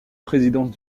présidence